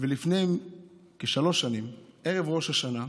ולפני כשלוש שנים, ערב ראש השנה,